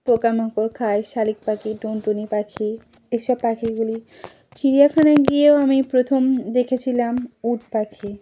পোকামাকড় খায় শালিক পাখি টুনটুনি পাখি এইসব পাখিগুলি চিড়িয়াখানায় গিয়েও আমি প্রথম দেখেছিলাম উট পাখি